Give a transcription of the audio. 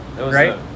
right